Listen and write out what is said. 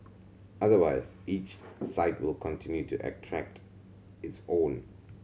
otherwise each site will continue to attract its own